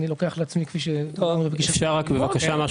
אני לוקח לעצמי לבדוק כפי שדיברנו בפגישה שהייתה לנו.